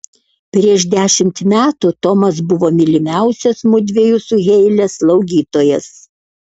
prieš dešimt metų tomas buvo mylimiausias mudviejų su heile slaugytojas